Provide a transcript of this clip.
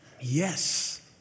Yes